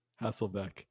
Hasselbeck